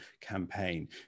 campaign